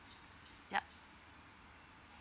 yup